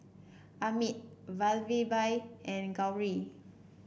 Amit Vallabhbhai and Gauri